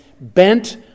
bent